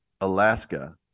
Alaska